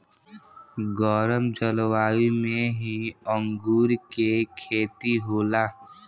गरम जलवायु में ही अंगूर के खेती होला